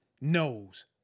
knows